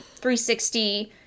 360